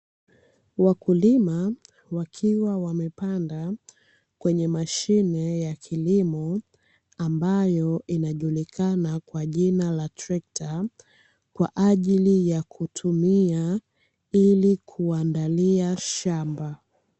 Wakulima wakiwa wamepanda kwenye mashine ya kilimo, ambayo inajulikana kwa jina la trekta, kwaajili yakutumia ili kuandalia shamba.